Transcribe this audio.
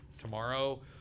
Tomorrow